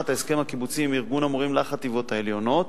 ההסכם הקיבוצי עם ארגון המורים לחטיבות העליונות